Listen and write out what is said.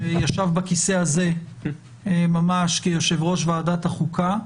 שישב בכיסא הזה כיושב-ראש ועדת החוקה,